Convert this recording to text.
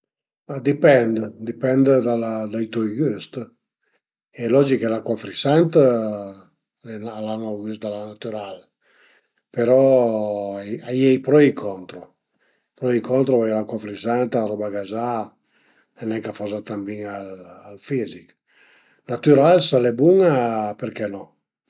A dipend, dipend da la, da tui güst e logich che l'acua frisant al a ün aut güst da l'acua natürala, però a ie i pro e i contro, pro e contro perché l'acua frizanta, la roba gazà, al e nen ch'a faza tan bin al al fizich, natüral, s'al e bun-a perché no